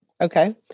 Okay